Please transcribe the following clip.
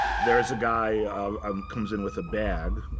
there is a guy, um um comes in with a bag.